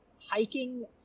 Hiking